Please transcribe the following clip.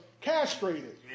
castrated